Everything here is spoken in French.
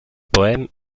poèmes